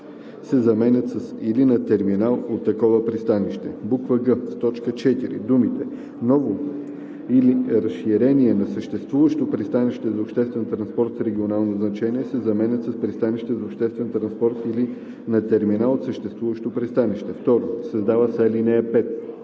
се заменят с „или на терминал от такова пристанище“; г) в т. 4 думите „ново или разширение на съществуващо пристанище за обществен транспорт с регионално значение“ се заменят с „пристанище за обществен транспорт или на терминал от съществуващо пристанище“. 2. Създава се ал. 5: